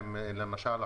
למשל,